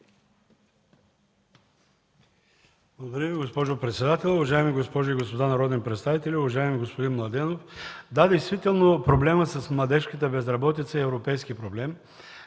Благодаря Ви, госпожо председател. Уважаеми госпожи и господа народни представители, уважаеми господин Младенов! Да, действително проблемът с младежката безработица е европейски проблем.